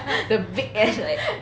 the big ass like